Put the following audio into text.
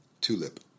TULIP